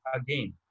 again